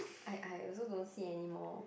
I I also don't see anymore